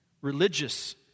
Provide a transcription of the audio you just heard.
religious